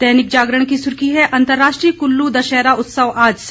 दैनिक जागरण की सुर्खी है अंतर्राष्ट्रीय कुल्लू दशहरा उत्सव आज से